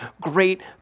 great